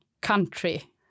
country